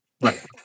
Right